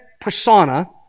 persona